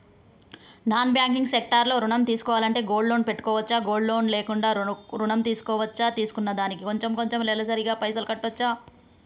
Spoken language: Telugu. నాన్ బ్యాంకింగ్ సెక్టార్ లో ఋణం తీసుకోవాలంటే గోల్డ్ లోన్ పెట్టుకోవచ్చా? గోల్డ్ లోన్ లేకుండా కూడా ఋణం తీసుకోవచ్చా? తీసుకున్న దానికి కొంచెం కొంచెం నెలసరి గా పైసలు కట్టొచ్చా?